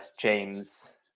James